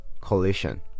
Collision